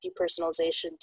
depersonalization